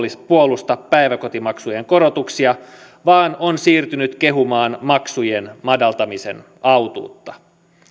puolusta päiväkotimaksujen korotuksia vaan on siirtynyt kehumaan maksujen madaltamisen autuutta